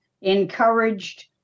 encouraged